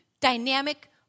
dynamic